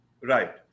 Right